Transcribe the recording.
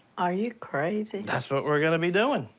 are you crazy? that's what we're gonna be doing.